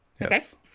Yes